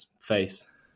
face